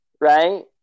right